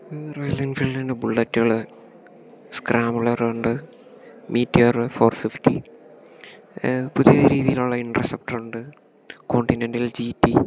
royal എൻഫീൽഡിൻ്റെ ബുള്ളറ്റുകൾ സ്ക്രാബ്ലെറുണ്ട് മീറ്റിയാറ് ഫോർ ഫിഫ്റ്റി പുതിയ രീതിയിലുള്ള ഇൻ്റർസെപ്റ്ററുണ്ട് കോണ്ടിനെൻ്റൽ ജി പി